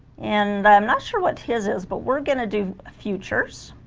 and i'm not sure what his is but we're gonna do futures